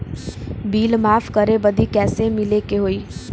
Bill माफ करे बदी कैसे मिले के होई?